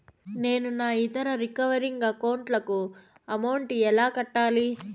నేను నా ఇతర రికరింగ్ అకౌంట్ లకు అమౌంట్ ఎలా కట్టాలి?